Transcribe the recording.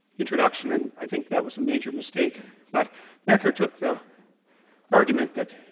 introduction and i think that was a major mistake but becker took the argument that